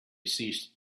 ceased